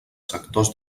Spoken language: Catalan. sectors